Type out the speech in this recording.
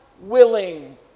willing